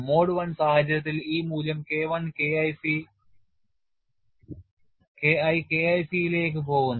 mode I സാഹചര്യത്തിൽ ഈ മൂല്യം K I K IC ലേക്ക് പോകുന്നു